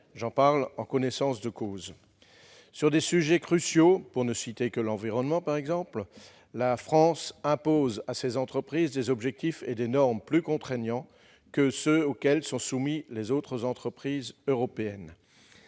j'en parle en connaissance de cause. Sur des sujets cruciaux, comme l'environnement, pour ne citer que cet exemple, la France impose à ses entreprises des objectifs et des normes plus contraignants que ceux auxquels sont soumises les autres entreprises européennes.